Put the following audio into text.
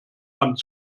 hand